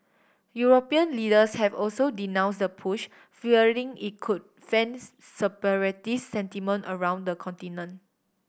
European leaders have also denounce the push fearing it could fans separatist sentiment around the continent